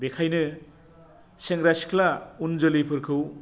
बेखायनो सेंग्रा सिख्ला उन जोलैफोरखौ